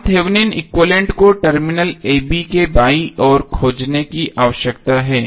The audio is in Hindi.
हमें थेवेनिन एक्विवैलेन्ट को टर्मिनल a b के बाईं ओर खोजने की आवश्यकता है